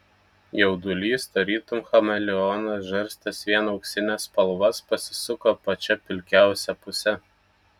jaudulys tarytum chameleonas žarstęs vien auksines spalvas pasisuko pačia pilkiausia puse